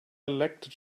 elected